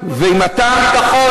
ביטחון,